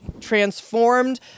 transformed